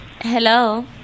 Hello